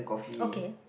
okay